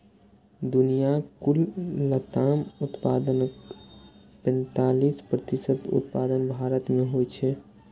दुनियाक कुल लताम उत्पादनक पैंतालीस प्रतिशत उत्पादन भारत मे होइ छै